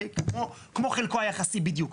כמו חלקו היחסי בדיוק.